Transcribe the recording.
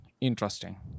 interesting